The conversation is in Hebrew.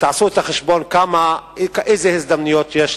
תעשו את החשבון אילו הזדמנויות יש